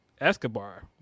Escobar